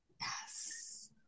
Yes